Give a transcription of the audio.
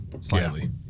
Slightly